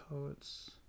poets